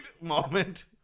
moment